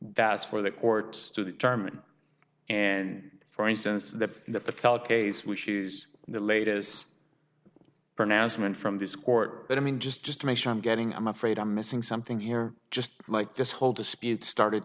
that's for the courts to determine and for instance that the fatalities which is the latest pronouncement from this court that i mean just just to make sure i'm getting i'm afraid i'm missing something here just like this whole dispute started